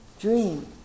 dream